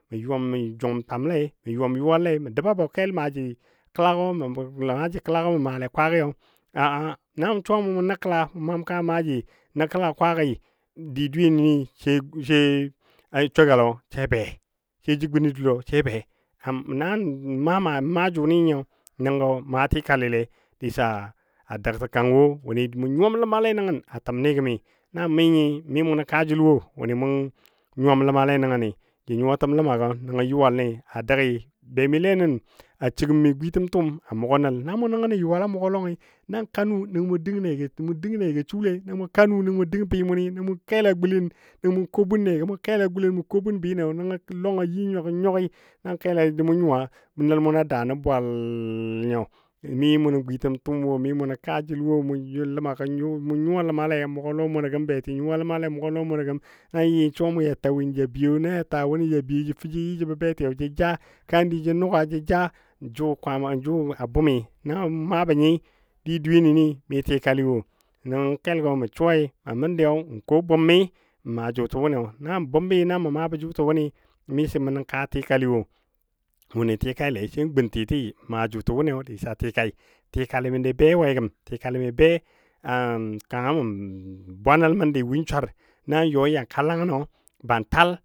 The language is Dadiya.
Mə yuwam mə jungəm twamle mə yuwam yuwalle mə dəbɔ kel maaji kəlagɔ mə kel maaji kəlagɔ mə maalei kwagiyo a a nan suwa mou mʊ nəkəla yamu maa ka maaji nəkəla kwagi di dweyeni sai sogalɔ sai be sai jə guni dullo sai be nan maa jʊnɨ nyi nəngɔ maa tikali lei disa dəgtə kang wo wʊnɨ mu nyuwam lemale nəngən a təmni gəmi na mi nyi mi mʊnə kaa jəl wo wʊnɨ mʊ nyuwam ləmale nəngani jə nyuwatəm lemagɔ nəngɔ yuwal ni a dəgi bemile nəngən a səgən mi gwitəm tʊʊm, na mu nəngnɔ yuwal a mʊgɔ lɔngi nəngɔ mu kanu mu dəng nagi sule nəngɔ mu kanu mu dəng bɨɨ mʊni nəngɔ mu kela gulen nəngɔ mu ko bun nego, mu kela gulen nəngɔ mu bun binɔ nəng lɔngɔ yi yuk yuk ki nan kelai mʊ nyuwa nəl mʊnɔ nə bwal nyo mimu nən gwitəm tʊʊm wo, mi munə kaajəl wo nəngɔ mu you lemagi mu nyuwa ləma le a mugɔ lɔ munɔ gəm beti nyuwa ləma le nan yɨ suwa mʊ ja ta win ja biyo na jə ta wʊnɨ ja fə jə yɨ jəbɔ betiyo jə ja kandi jə nʊga jə ja, jʊ Kwaama jʊ a bʊmi na maabɔ nyo di dweyeni mi tikali wo nəngɔ kelgɔ mə suwa a məndiyo n ko a bʊmi maa jutəbniyo na mə maabɔ jʊtəbni mi tikali wʊnɨ tikaile sai gun tɨtɨɨ maa jʊtə wʊnɨ disa tikai, tikali mi be we gəm, tikali mi be kanga mə bwa nəl mənd win swar nan yɔi yan ka langəng ban tal.